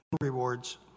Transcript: rewards